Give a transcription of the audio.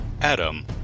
Adam